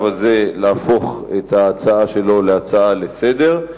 הזה להפוך את ההצעה שלו להצעה לסדר-היום.